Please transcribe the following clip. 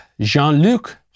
Jean-Luc